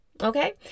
Okay